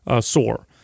sore